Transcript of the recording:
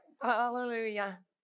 Hallelujah